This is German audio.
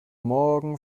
morgen